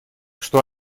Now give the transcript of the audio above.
что